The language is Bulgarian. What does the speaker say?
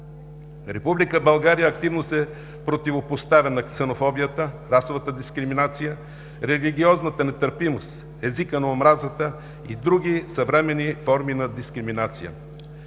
активно се противопоставя на ксенофобията, расовата дискриминация, религиозната нетърпимост, езика на омразата и други съвременни форми на дискриминация.